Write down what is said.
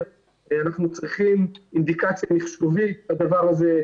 אנחנו צריכים אינדיקציה מחשובית לדבר הזה,